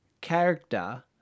character